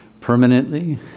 permanently